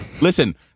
Listen